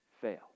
fail